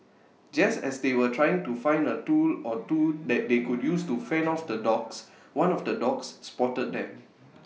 just as they were trying to find A tool or two that they could use to fend off the dogs one of the dogs spotted them